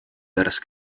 pärast